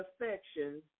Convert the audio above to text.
affection